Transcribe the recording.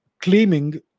claiming